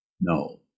No